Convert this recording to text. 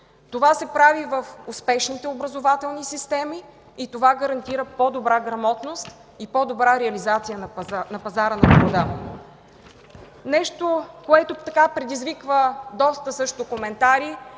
Това се прави в успешните образователни системи и това гарантира по-добра грамотност и по-добра реализация на пазара на труда. Нещо, което предизвиква доста коментари,